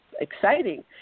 Exciting